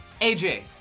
AJ